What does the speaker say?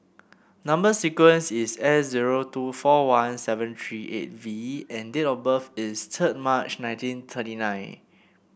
number sequence is S zero two four one seven three eight V and date of birth is third March nineteen thirty nine